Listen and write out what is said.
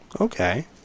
Okay